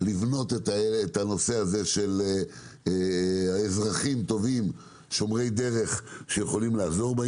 לבנות את הנושא של אזרחים טובים שומרי דרך שיכולים לעזור.